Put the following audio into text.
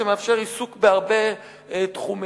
ומאפשר עיסוק בהרבה תחומים.